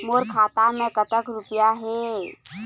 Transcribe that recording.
मोर खाता मैं कतक रुपया हे?